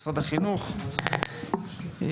משרד החינוך,